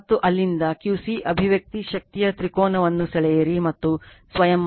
ಮತ್ತು ಅಲ್ಲಿಂದ Q c ಅಭಿವ್ಯಕ್ತಿ ಶಕ್ತಿಯ ತ್ರಿಕೋನವನ್ನು ಸೆಳೆಯಿರಿ ಮತ್ತು ಸ್ವಯಂ ಮಾಡಿ